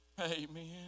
Amen